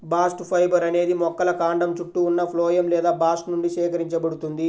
bast fibre అనేది మొక్కల కాండం చుట్టూ ఉన్న ఫ్లోయమ్ లేదా బాస్ట్ నుండి సేకరించబడుతుంది